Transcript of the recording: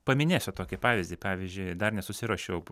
paminėsiu tokį pavyzdį pavyzdžiui dar nesusiruošiau